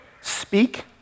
speak